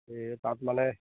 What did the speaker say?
এই তাত মানে